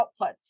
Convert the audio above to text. outputs